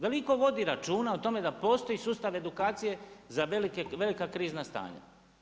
Dal' itko vodi računa o tome da postoji sustav edukacije za velika krizna stanja?